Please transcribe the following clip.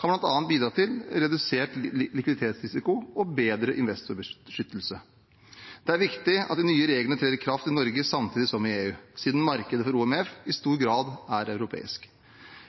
kan bl.a. bidra til redusert likviditetsrisiko og bedre investorbeskyttelse. Det er viktig at de nye reglene trer i kraft i Norge samtidig som i EU, siden markedet for OMF i stor grad er europeisk.